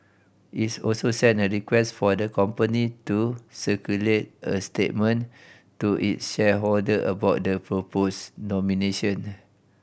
its also sent a request for the company to circulate a statement to its shareholder about the proposed nomination